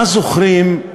מה זוכרים,